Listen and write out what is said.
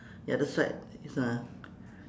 the other side is a